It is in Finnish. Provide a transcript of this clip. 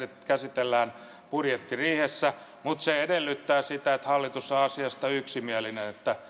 käsitellään budjettiriihessä mutta se edellyttää sitä että hallitus on asiasta yksimielinen